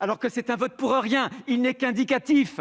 alors que c'est un vote qui n'est qu'indicatif,